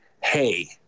hey